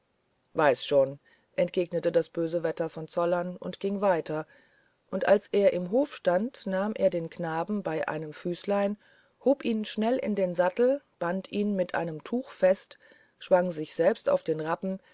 weiß schon entgegnete das böse wetter von zollern und ging weiter und als er im hof stand nahm er den knaben bei einem füßlein hob ihn schnell in den sattel band ihn mit einem tuch fest schwang sich selbst auf den rappen